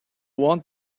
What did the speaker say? want